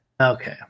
Okay